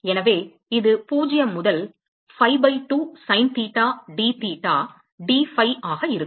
எனவே இது 0 முதல் phi pi 2 sine theta d theta d phi ஆக இருக்கும்